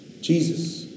Jesus